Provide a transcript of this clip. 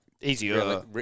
easier